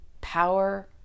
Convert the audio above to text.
power